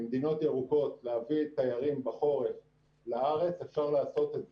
ממדינות ירוקות להביא תיירים בחורף לארץ אפשר לעשות את זה.